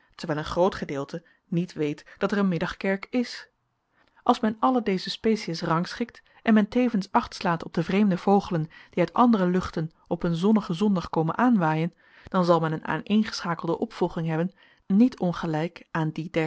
terwijl een groot gedeelte niet weet dat er een middagkerk is als men alle deze species rangschikt en men tevens achtslaat op de vreemde vogelen die uit andere luchten op een zonnigen zondag komen aanwaaien dan zal men een aaneengeschakelde opvolging hebben niet ongelijk aan